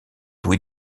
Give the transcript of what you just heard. louis